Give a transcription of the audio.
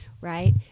right